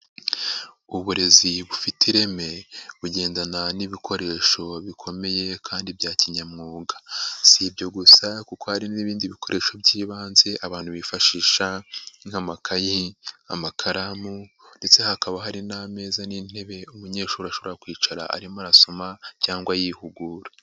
Uburezi bufite ireme bugendana n'ibikoresho bikomeye kandi bya kinyamwuga, si ibyo gusa kuko hari n'ibindi bikoresho by'ibanze, abantu bifashisha, nk'amakayi, amakaramu, ndetse hakaba hari n'ameza n'intebe, umunyeshuri ashobora kwicara arimo arasoma cyangwa yihugura.